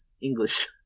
English